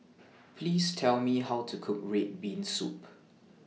Please Tell Me How to Cook Red Bean Soup